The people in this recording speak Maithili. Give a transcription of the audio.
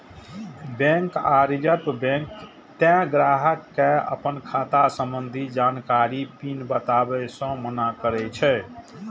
बैंक आ रिजर्व बैंक तें ग्राहक कें अपन खाता संबंधी जानकारी, पिन बताबै सं मना करै छै